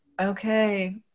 okay